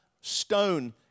stone